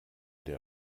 der